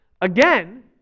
again